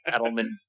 Edelman